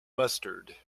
mustard